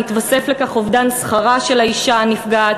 מתווסף לכך אובדן שכרה של האישה הנפגעת